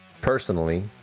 personally